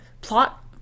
plot